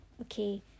Okay